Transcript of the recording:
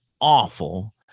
awful